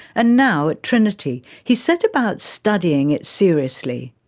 and now at trinity he set about studying it seriously.